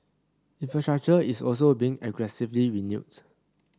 infrastructure is also being aggressively renewed